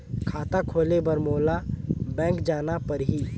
खाता खोले बर मोला बैंक जाना परही?